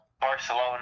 Barcelona